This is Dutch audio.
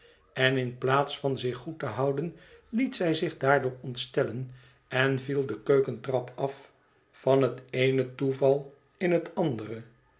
en in plaats van zich goed te houden liet zij zich daardoor ontstellen en viel de keukentrap af van het eene toeval in het andere